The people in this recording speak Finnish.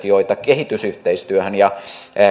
joita kehitysyhteistyöhön ja